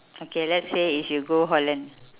okay let's say if you go holland